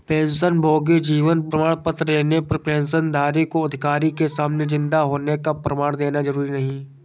पेंशनभोगी जीवन प्रमाण पत्र लेने पर पेंशनधारी को अधिकारी के सामने जिन्दा होने का प्रमाण देना जरुरी नहीं